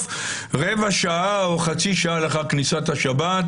רבע שעה או חצי שעה לאחר כניסת השבת